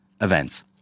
events